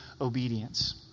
obedience